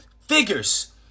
figures